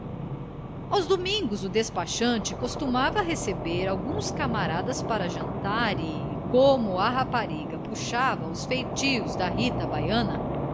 aos domingos o despachante costumava receber alguns camaradas para jantar e como a rapariga puxava os feitios da rita baiana